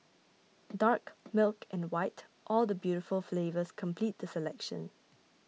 dark milk and white all the beautiful flavours complete the selection